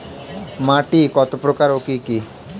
মাটি কতপ্রকার ও কি কী?